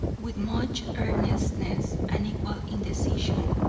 with much earnestness and equal indecision.